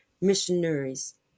missionaries